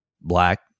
black